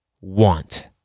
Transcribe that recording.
want